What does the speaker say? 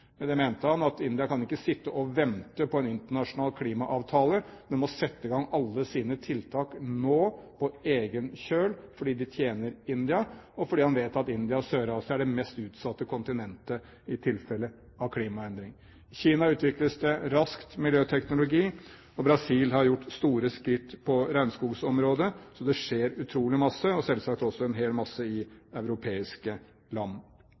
det mente han at India kan ikke sitte og vente på en internasjonal klimaavtale, men må sette i gang alle sine tiltak nå, på egen kjøl, fordi det tjener India, og fordi han vet at India og Sør-Asia er det mest utsatte kontinentet i tilfelle av klimaendringer. I Kina utvikles det raskt miljøteknologi. Brasil har gjort store skritt på regnskogområdet. Så det skjer utrolig mye og selvsagt en hel masse i europeiske land.